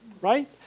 right